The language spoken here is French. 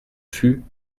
fut